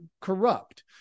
corrupt